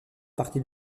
partis